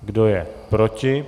Kdo je proti?